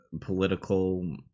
political